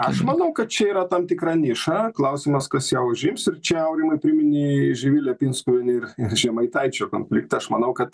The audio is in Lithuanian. aš manau kad čia yra tam tikra niša klausimas kas ją užims ir čia aurimai priminei živilę pinskuvienę ir žemaitaičio konfliktą aš manau kad